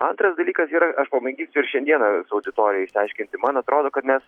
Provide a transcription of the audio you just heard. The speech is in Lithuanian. antras dalykas yra aš pabandysiu ir šiandieną auditorijoj išsiaiškinti man atrodo kad mes